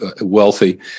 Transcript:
wealthy